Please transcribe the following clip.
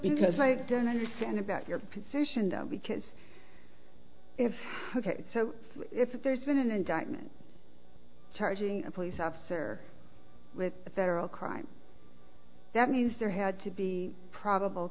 because i don't understand about your position though because if so if there's an indictment charging a police officer with a federal crime that means there had to be probable